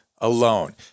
alone